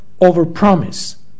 overpromise